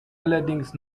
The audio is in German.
allerdings